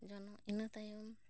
ᱡᱚᱱᱚᱜ ᱤᱱᱟᱹ ᱛᱟᱭᱚᱢ